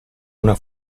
una